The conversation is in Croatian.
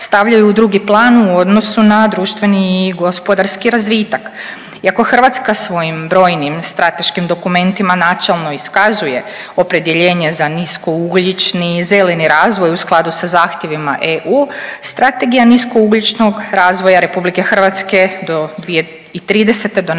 stavljaju u drugi plan u odnosu na društveni i gospodarski razvitak. I ako Hrvatska svojim brojnim strateškim dokumentima načelno iskazuje opredjeljenje za nisko ugljični i zeleni razvoj u skladu sa zahtjevima EU Strategija niskougljičnog razvoja Republike Hrvatske do 2030. donesena